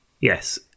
Yes